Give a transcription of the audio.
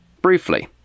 briefly